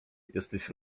jesteś